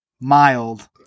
Mild